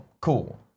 Cool